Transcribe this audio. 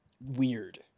weird